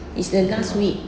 is that last week